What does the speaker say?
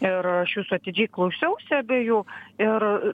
ir aš jūsų atidžiai klausiausi abiejų ir